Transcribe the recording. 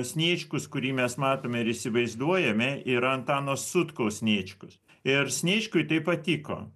sniečkus kurį mes matome ir įsivaizduojame yra antano sutkaus sniečkus ir sniečkui tai patiko